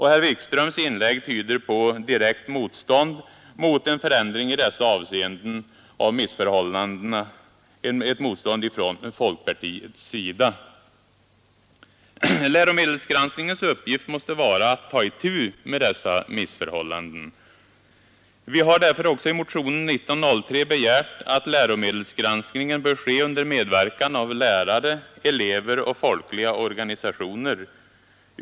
Herr Wikströms inlägg tyder på direkt motstånd från folkpartiets sida mot en förändring av missförhållandena. Läromedelsgranskningens uppgift måste vara att ta itu med dessa missförhålladen. Vi har därför också i motionen 1903 begärt att läromedelsgranskningen bör ske under medverkan av lärare, elever och folkliga organisationer.